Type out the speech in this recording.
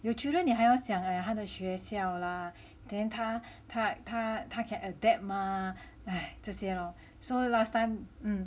有 children 你还要想耶他的学校啦 then 他他他他 can adapt mah !aiya! 这些咯